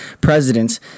presidents